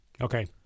Okay